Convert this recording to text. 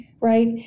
right